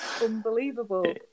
unbelievable